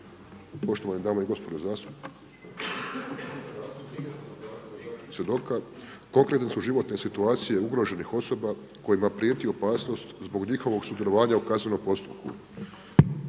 … /Govornik isključen./ … konkretne su životne situacije ugroženih osoba kojima prijeti opasnost zbog njihovog sudjelovanja u kaznenom postupku.